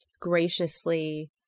graciously